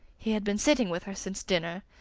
had been sitting with her since dinner,